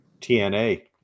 TNA